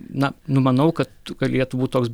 na numanau kad galėtų būt toks